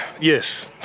yes